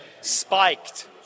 spiked